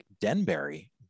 Denbury